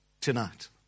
Tonight